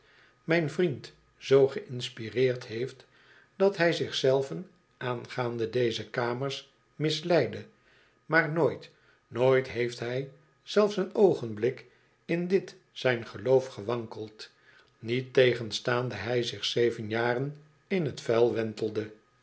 mijn vriend zoo geïnspireerd heeft dat hij zich zelven aangaande deze kamers misleidde maar nooit nooit heeft hij zelfs een oogenblik in dit zijn geloof gewankeld niettegenstaande hij zich zeven jaren in t vuil wentelde